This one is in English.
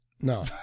No